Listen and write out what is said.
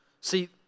See